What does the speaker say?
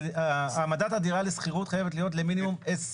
העמדת הדירה לשכירות צריכה להיות למינימום 20 שנה.